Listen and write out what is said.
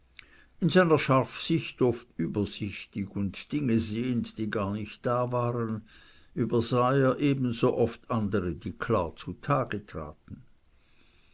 in seiner scharfsicht oft übersichtig und dinge sehend die gar nicht da waren übersah er ebensooft andere die klar zutage lagen